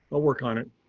i'll work on it.